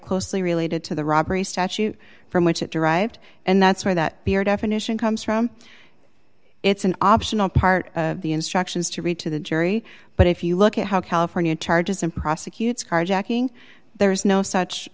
closely related to the robbery statute from which it derived and that's where that beer definition comes from it's an optional part of the instructions to read to the jury but if you look at how california charges and prosecutes carjacking there is no such